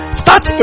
start